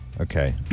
Okay